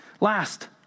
Last